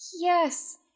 Yes